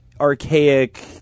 archaic